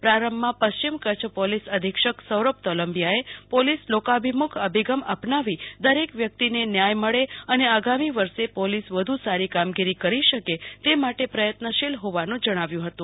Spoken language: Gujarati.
પ્રારંભમાં પશ્ચિમ કચ્ય પોલીસ અધિક્ષક સૌરંભ તોલામ્બીયાએ પોલીસ લોકાભિમુખ અભિગમ અપનાવી દરેક વ્યક્તિને ન્યાય મળે અને અગામી વર્ષે પોલીસ વધુ સારી કામગીરી કરી શકે તે માટે પ્રયત્નશીલ હોવાનું જણાવ્યું હતું